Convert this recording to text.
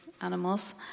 animals